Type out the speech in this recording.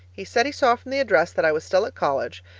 he said he saw from the address that i was still at college,